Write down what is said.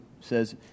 says